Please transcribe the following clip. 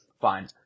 fine